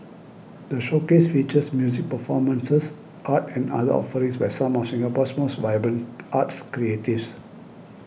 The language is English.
the showcase features music performances art and other offerings by some of Singapore's most vibrant arts creatives